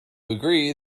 agree